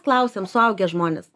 klausiam suaugę žmonės